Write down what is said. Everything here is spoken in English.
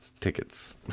tickets